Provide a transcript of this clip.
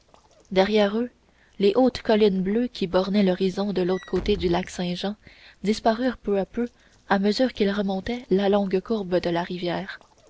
derrière eux les hautes collines bleues qui bornaient l'horizon de l'autre côté du lac saint-jean disparurent peu à peu à mesure qu'ils remontaient la longue courbe de la rivière